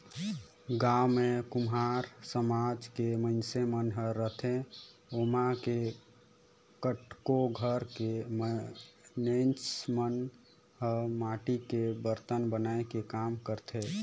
गाँव म कुम्हार समाज के मइनसे मन ह रहिथे ओमा के कतको घर के मइनस मन ह माटी के बरतन बनाए के काम करथे